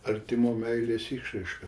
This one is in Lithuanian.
artimo meilės išraiška